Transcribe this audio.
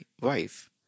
wife